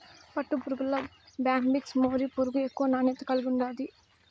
పట్టుపురుగుల్ల Bombyx mori పురుగు ఎక్కువ నాణ్యత కలిగుండాది